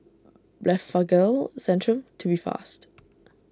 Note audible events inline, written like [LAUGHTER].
Blephagel Centrum Tubifast [NOISE]